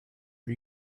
are